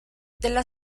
della